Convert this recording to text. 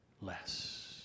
less